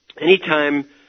anytime